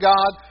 God